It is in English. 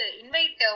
invite